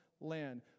land